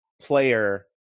player